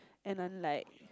and I'm like